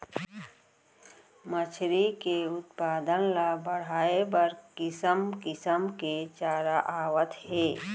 मछरी के उत्पादन ल बड़हाए बर किसम किसम के चारा आवत हे